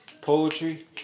Poetry